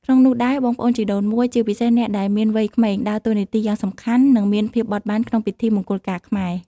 ក្នុងនោះដែរ បងប្អូនជីដូនមួយ ជាពិសេសអ្នកដែលមានវ័យក្មេង ដើរតួនាទីយ៉ាងសំខាន់ និងមានភាពបត់បែនក្នុងពិធីមង្គលការខ្មែរ។